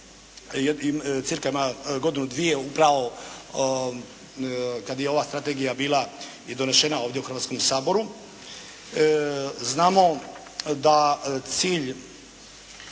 cca. ima godinu, dvije upravo kada je ova strategija bila i donešena ovdje u Hrvatskome saboru. Znamo da cilj,